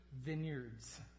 vineyards